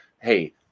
hey